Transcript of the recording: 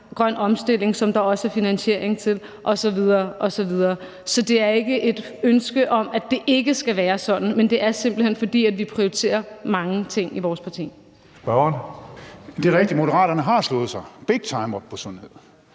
grøn omstilling, som der også er finansiering til, osv. osv. Så det er ikke et ønske om, at det ikke skal være sådan, men det er simpelt hen, fordi vi prioriterer mange ting i vores parti. Kl. 16:18 Tredje næstformand (Karsten Hønge): Spørgeren.